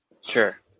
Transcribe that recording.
Sure